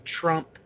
Trump